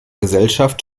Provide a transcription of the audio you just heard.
gesellschaft